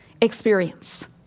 experience